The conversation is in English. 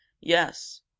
Yes